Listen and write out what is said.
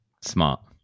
smart